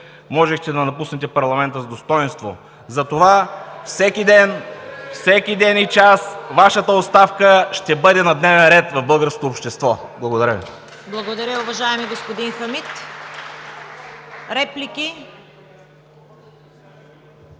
Можехте да напуснете парламента с достойнство. Затова всеки ден, всеки ден и час Вашата оставка ще бъде на дневен ред в българското общество. Благодаря Ви.